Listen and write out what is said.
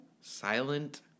Silent